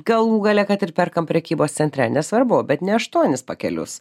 galų gale kad ir perkam prekybos centre nesvarbu bet ne aštuonis pakelius